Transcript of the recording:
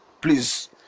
Please